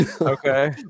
Okay